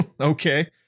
okay